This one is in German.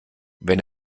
wenn